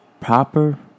Proper